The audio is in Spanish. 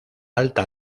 alta